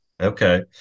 okay